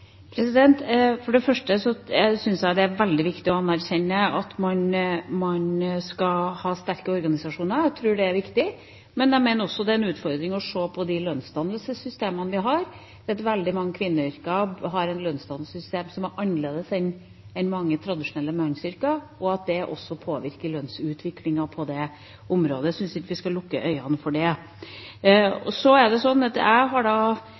trepartssamarbeid? For det første syns jeg det er veldig viktig å anerkjenne at man skal ha sterke organisasjoner, jeg tror det er viktig. Men jeg mener også det er en utfordring å se på de lønnsdannelsessystemene vi har, det at veldig mange kvinneyrker har et lønnsdannelsessystem som er annerledes enn mange tradisjonelle mannsyrker, og at det også påvirker lønnsutviklingen på dette området. Jeg syns ikke vi skal lukke øynene for det. Så er det slik at jeg har